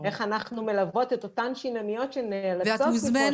איך אנחנו מלוות את אותן שינניות שנאלצות לפרוש משוק העבודה.